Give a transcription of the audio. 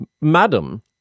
madam